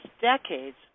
decades